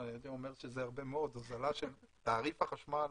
הייתי אומר שזה הרבה מאוד, הוזלה של תעריף החשמל